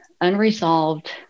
unresolved